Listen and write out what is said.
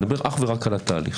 אני מדבר אך ורק על התהליך.